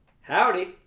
Howdy